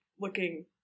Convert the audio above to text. looking